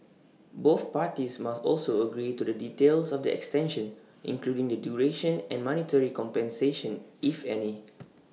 both parties must also agree to the details of the extension including the duration and monetary compensation if any